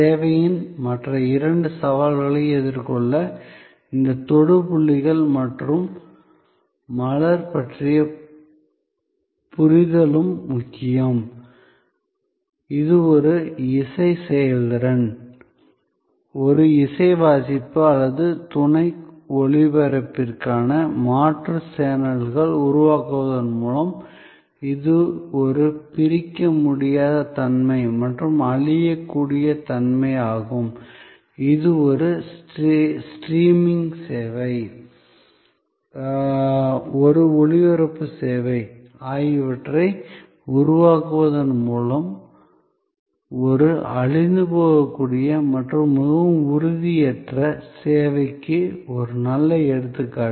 சேவையின் மற்ற இரண்டு சவால்களை எதிர்கொள்ள இந்த தொடு புள்ளிகள் மற்றும் மலர் பற்றிய புரிதலும் முக்கியம் இது ஒரு இசை செயல்திறன் ஒரு இசை வாசிப்பு அல்லது துணை ஒலிபரப்புக்கான மாற்று சேனல்களை உருவாக்குவதன் மூலம் இது ஒரு பிரிக்க முடியாத தன்மை மற்றும் அழியக்கூடிய தன்மை ஆகும் இது ஒரு ஸ்ட்ரீமிங் சேவை ஒரு ஒளிபரப்பு சேவை ஆகியவற்றை உருவாக்குவதன் மூலம் ஒரு அழிந்துபோகக்கூடிய மற்றும் மிகவும் உறுதியற்ற சேவைக்கு ஒரு நல்ல எடுத்துக்காட்டு